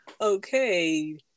Okay